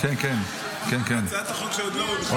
הצעת החוק שעוד לא הוגשה --- כן, כן.